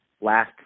last